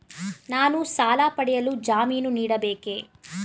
ನಾನು ಸಾಲ ಪಡೆಯಲು ಜಾಮೀನು ನೀಡಬೇಕೇ?